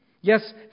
yes